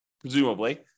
presumably